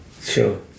Sure